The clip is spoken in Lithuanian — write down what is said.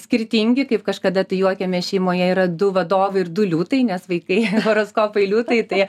skirtingi kaip kažkada tai juokiamės šeimoje yra du vadovai ir du liūtai nes vaikai horoskopai liūtai tai